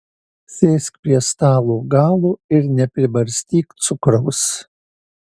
sėsk prie stalo galo ir nepribarstyk cukraus